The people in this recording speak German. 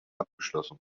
abgeschlossen